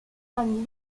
van